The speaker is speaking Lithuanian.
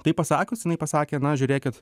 tai pasakius jinai pasakė na žiūrėk